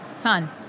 ton